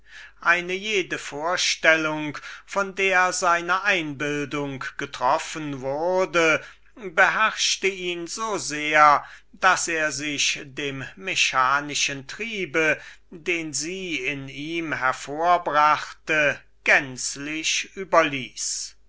eine jede vorstellung von der seine einbildung getroffen wurde beherrschte ihn so sehr daß er sich dem mechanischen trieb den sie in ihm hervorbrachte gänzlich überließ